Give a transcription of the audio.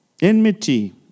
Enmity